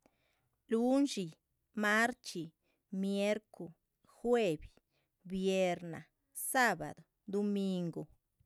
Lun´dxi, marchxí, miercu, juevi, vierna, sábdu, duminguh.